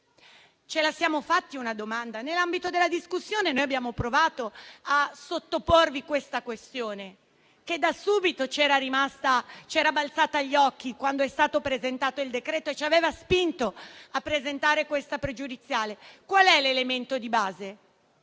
Ce la siamo fatta una domanda? Nell'ambito della discussione, abbiamo provato a sottoporvi la questione, che da subito ci era balzata agli occhi, quando è stato presentato il decreto-legge e ci aveva spinti a presentare questa questione pregiudiziale. Qual è l'elemento di base?